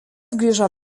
grįžo